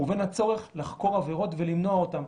ובין הצורך לחקור עבירות ולמנוע אותן,